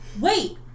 Wait